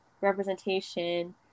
representation